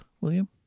William